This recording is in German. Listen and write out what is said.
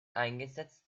eingesetzt